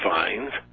find.